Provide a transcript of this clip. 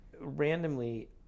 randomly